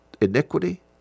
iniquity